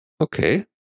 Okay